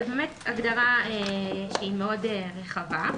זו הגדרה מאוד רחבה.